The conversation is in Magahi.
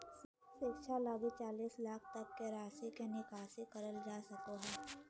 शिक्षा लगी चालीस लाख तक के राशि के निकासी करल जा सको हइ